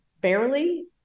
barely